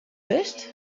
bist